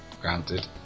granted